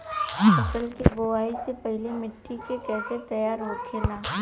फसल की बुवाई से पहले मिट्टी की कैसे तैयार होखेला?